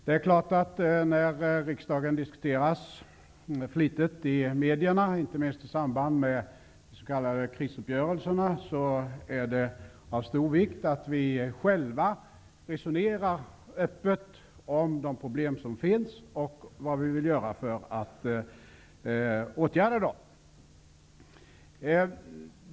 Det är klart att när riksdagen diskuteras flitigt i medierna, inte minst i samband med de s.k. krisuppgörelserna, är det av stor vikt att vi själva resonerar öppet om de problem som finns och vad vi vill göra för att åtgärda dem.